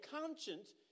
conscience